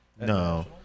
No